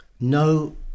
no